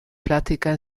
plásticas